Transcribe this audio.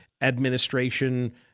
administration